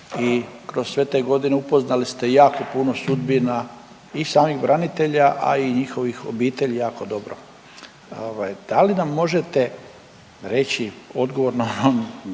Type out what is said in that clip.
kroz sve te godine upoznali ste jako puno sudbina i samih branitelja, a i njihovih obitelji jako dobro. Ovaj, da li nam možete reći odgovorno,